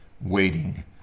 waiting